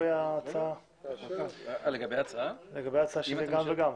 לגבי ההצעה שזה יהיה גם וגם?